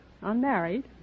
unmarried